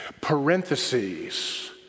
Parentheses